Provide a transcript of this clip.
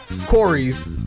Corey's